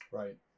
right